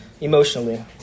emotionally